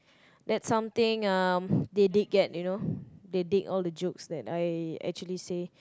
that's something um they did get you know they dig all the jokes that I actually say